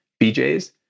bjs